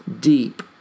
deep